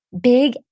big